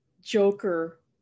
Joker